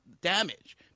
damage